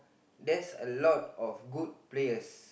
there's a lot of good players